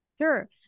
Sure